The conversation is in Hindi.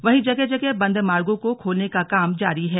वहीं जगह जगह बंद मार्गों को खोलने का काम जारी है